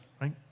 right